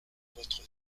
votre